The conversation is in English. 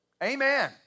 Amen